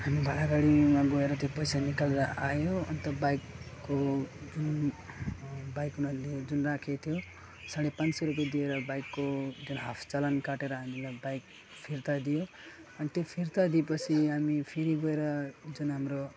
हामी भाडा गाडीमा गएर त्यो पैसा निकालेर आयो अनि त बाइकको जुन बाइक उनीहरूले जुन राखेको थियो साढे पाँच सय रुपियाँ दिएर बाइकको त्यो हाफ चलान काटेर हामीलाई बाइक फिर्ता दियो अनि त्यो फिर्ता दिएपछि हामी फेरि गएर ऊ जुन हाम्रो